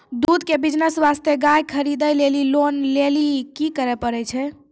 दूध के बिज़नेस वास्ते गाय खरीदे लेली लोन लेली की करे पड़ै छै?